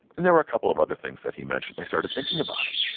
and there were a couple of other things that he mentioned. i started thinking about it,